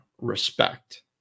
respect